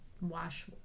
wash